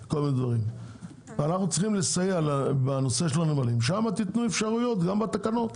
אנחנו צריכים לסייע בנושא הנמלים שם תיתנו אפשרויות גם בתקנות,